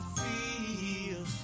feel